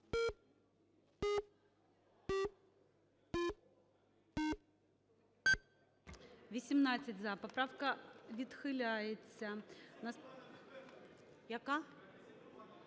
За-18 Поправка відхиляється. Яка?